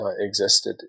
existed